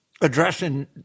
addressing